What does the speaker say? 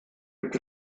gibt